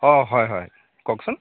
অ হয় হয় কওকচোন